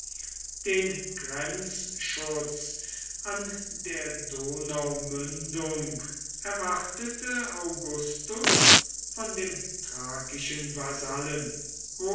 den grenzschutz an der donaumündung erwartete augustus von dem thrakischen vasallen